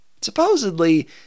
Supposedly